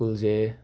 ꯁ꯭ꯀꯨꯜꯖꯦ